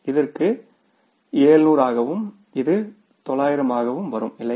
இதற்காக இது 700 ஆகவும் இது 900 ஆகவும் வரும் இல்லையா